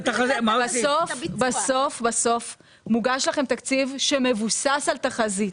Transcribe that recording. בסוף מוגש לכם תקציב שמבוסס על תחזית.